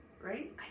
right